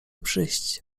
przyjść